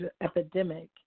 epidemic